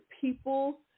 people